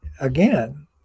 again